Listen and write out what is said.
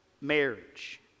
marriage